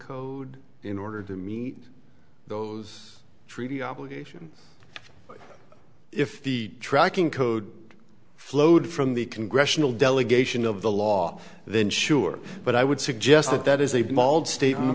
code in order to meet those treaty obligations if the tracking code flowed from the congressional delegation of the law then sure but i would suggest that that is a bald sta